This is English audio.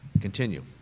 Continue